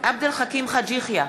עבד אל חכים חאג' יחיא,